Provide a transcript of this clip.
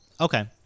Okay